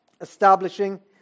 establishing